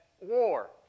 war